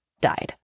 died